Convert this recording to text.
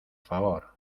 favor